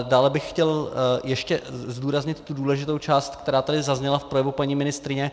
Dále bych chtěl ještě zdůraznit tu důležitou část, která tady zazněla v projevu paní ministryně.